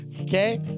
Okay